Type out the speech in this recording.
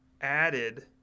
added